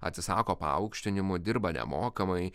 atsisako paaukštinimo dirba nemokamai